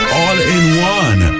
all-in-one